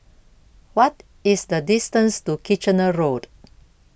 What IS The distance to Kitchener Road